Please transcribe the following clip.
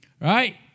Right